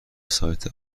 سایت